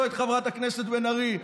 לא את חברת הכנסת בן ארי,